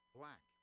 black